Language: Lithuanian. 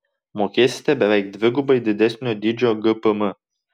mokėsite beveik dvigubai didesnio dydžio gpm